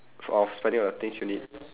sort of spending on the things you need